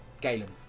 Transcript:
Galen